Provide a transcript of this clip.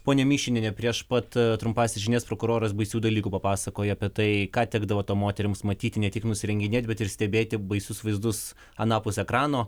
ponia mišinienė prieš pat trumpąsias žinias prokuroras baisių dalykų papasakojo apie tai ką tekdavo moterims matyti ne tik nusirenginėti bet ir stebėti baisius vaizdus anapus ekrano